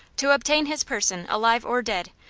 to obtain his person, alive or dead,